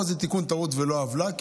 פה זה תיקון טעות ולא עוולה,